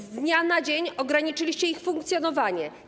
Z dnia na dzień ograniczyliście ich funkcjonowanie.